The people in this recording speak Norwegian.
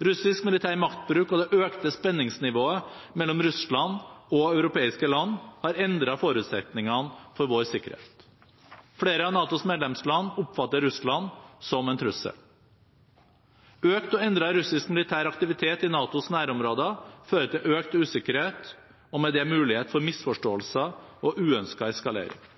Russisk militær maktbruk og det økte spenningsnivået mellom Russland og europeiske land har endret forutsetningene for vår sikkerhet. Flere av NATOs medlemsland oppfatter Russland som en trussel. Økt og endret russisk militær aktivitet i NATOs nærområder fører til økt usikkerhet, og med det mulighet for misforståelser og uønsket eskalering.